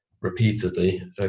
repeatedly